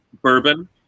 bourbon